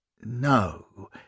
No